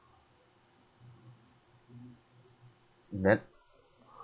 then